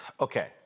Okay